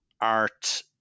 art